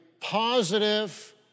positive